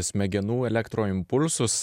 smegenų elektroimpulsus